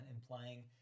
implying